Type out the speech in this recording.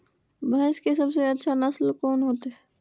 भैंस के सबसे अच्छा नस्ल कोन होते?